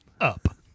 up